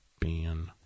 ban